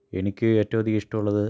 എനിക്ക് ഏറ്റവും അധികം ഇഷ്ട്ടമുള്ളത്